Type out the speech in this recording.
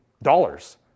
dollars